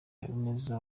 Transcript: habineza